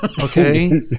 Okay